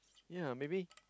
ya maybe